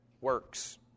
works